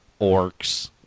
orcs